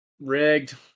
Rigged